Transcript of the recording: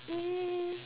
uh